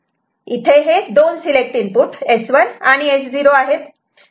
इथे हे दोन सिलेक्ट इनपुट S1 आणि S0 आहेत